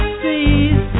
seas